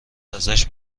ازش